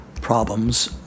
problems